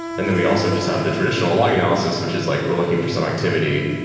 and then we also just have the traditional log analysis which is like we're looking for some activity.